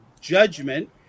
Judgment